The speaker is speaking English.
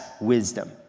wisdom